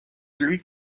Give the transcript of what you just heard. lui